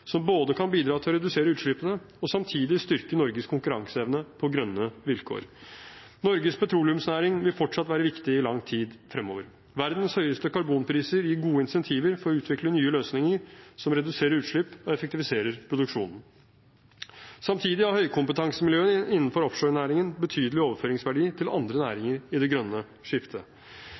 som både kan bidra til å redusere utslippene og samtidig styrke Norges konkurranseevne på grønne vilkår. Norges petroleumsnæring vil være viktig i lang tid fremover. Verdens høyeste karbonpriser gir gode incentiver for å utvikle nye løsninger som reduserer utslipp og effektiviserer produksjonen. Samtidig har høykompetansemiljøet innenfor offshorenæringen betydelig overføringsverdi til andre næringer i det grønne skiftet.